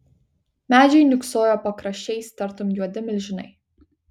medžiai niūksojo pakraščiais tartum juodi milžinai